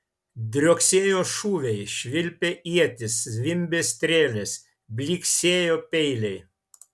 drioksėjo šūviai švilpė ietys zvimbė strėlės blyksėjo peiliai